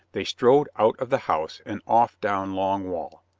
they strode out of the house and off down long wall.